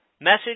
message